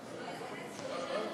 חברת הכנסת תמר זנדברג,